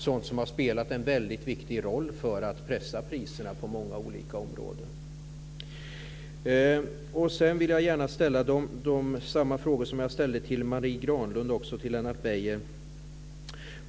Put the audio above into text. Detta har spelat en viktig roll för att pressa priserna på många olika områden. Jag vill gärna ställa samma frågor till Lennart Beijer som jag ställde till Marie Granlund.